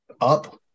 up